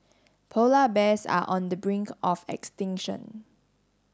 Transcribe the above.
polar bears are on the brink of extinction